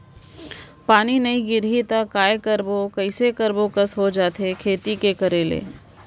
पानी नई गिरही त काय करबो, कइसे करबो कस हो जाथे खेती के करे ले